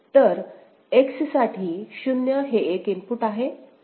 तर X साठी 0 हे एक इनपुट आहे